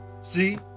See